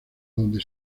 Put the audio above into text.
donde